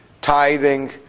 tithing